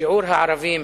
שיעור הערבים